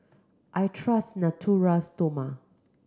I trust Natura Stoma